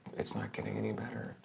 it's not getting any better.